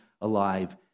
alive